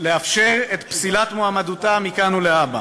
לאפשר את פסילת מועמדותה מכאן ולהבא.